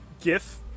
GIF